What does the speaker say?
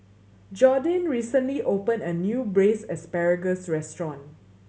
Jordyn recently opened a new Braised Asparagus restaurant